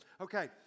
Okay